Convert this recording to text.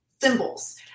symbols